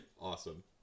Awesome